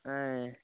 ఆయ్